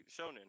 shonen